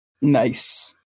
Nice